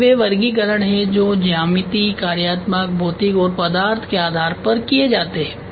ये वे वर्गीकरण हैं जो ज्यामितीयकार्यात्मकभौतिक और पदार्थ के आधार पर किए जाते हैं